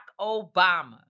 obama